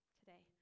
today